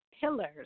pillars